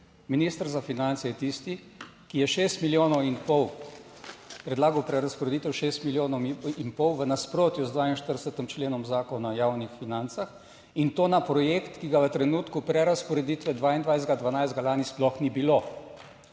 Minister za finance je tisti, ki je šest milijonov in pol, predlagal prerazporeditev šest milijonov in pol v nasprotju z 42. členom Zakona o javnih financah in to na projekt, ki ga v trenutku prerazporeditve 22. 12. lani sploh ni bilo.